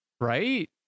right